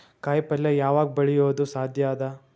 ಕಾಯಿಪಲ್ಯ ಯಾವಗ್ ಬೆಳಿಯೋದು ಸಾಧ್ಯ ಅದ?